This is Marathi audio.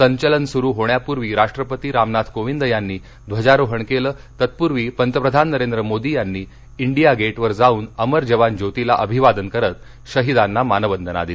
संचलन सुरू होण्यापूर्वी राष्ट्रपती रामनाथ कोविंद यांनी ध्वजारोहण केलं तत्पूर्वी पंतप्रधान नरेंद्र मोदी यांनी इंडिया गेटवर जाऊन अमर जवान ज्योतीला अभिवादन करत शहिदांना मानवंदना दिली